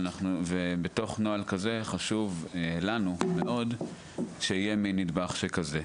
בתוך נוהל כזה חשוב לנו מאוד שיהיה מין נדבך שכזה,